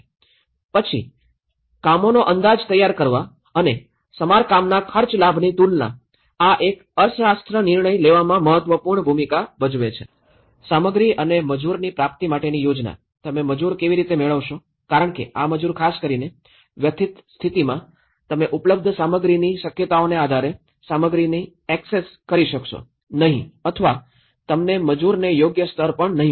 પછી કામોનો અંદાજ તૈયાર કરવા અને સમારકામના ખર્ચ લાભની તુલના આ તે અર્થશાસ્ત્ર નિર્ણય લેવામાં મહત્વપૂર્ણ ભૂમિકા ભજવે છે સામગ્રી અને મજૂરની પ્રાપ્તિ માટેની યોજના તમે મજૂર કેવી રીતે મેળવશો કારણ કે આ મજૂર ખાસ કરીને વ્યથિત સ્થિતિમાં તમે ઉપલબ્ધ સામગ્રીની શક્યતાઓને આધારે સામગ્રીને એક્સેસ કરી શકશો નહીં અથવા તમને મજૂરને યોગ્ય સ્તર પણ નહીં મળે